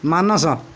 Manas